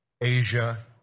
Asia